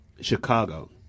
Chicago